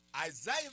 Isaiah